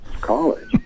college